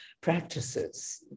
practices